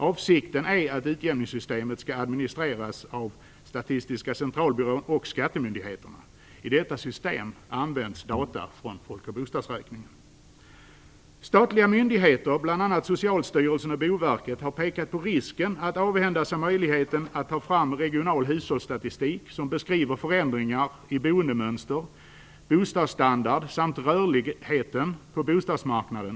Avsikten är att utjämningssystemet skall administreras av Statistiska centralbyrån och skattemyndigheterna. I detta system används data från folk och bostadsräkningen. Boverket, har pekat på risken att avhända sig möjligheten att ta fram regional hushållsstatistik som beskriver förändringar i boendemönster, bostadsstandard samt rörligheten på bostadsmarknaden.